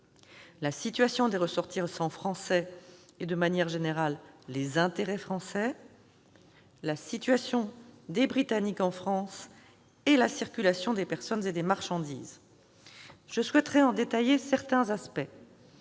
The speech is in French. la situation des ressortissants français et, de manière générale, les intérêts français ; la situation des Britanniques en France ; la circulation des personnes et des marchandises. Je souhaiterais en détailler certains aspects.